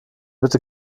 bitte